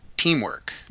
Teamwork